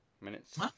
minutes